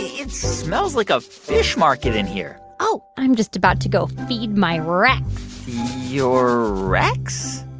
it smells like a fish market in here oh. i'm just about to go feed my rex your rex?